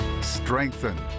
strengthen